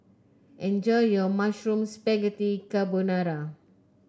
enjoy your Mushroom Spaghetti Carbonara